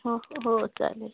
हो हो चालेल